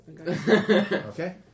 Okay